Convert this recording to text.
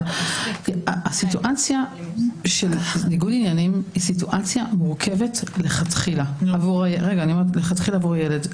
הסיטואציה של ניגוד עניינים היא סיטואציה מורכבת מלכתחילה עבור הילד.